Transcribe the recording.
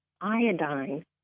iodine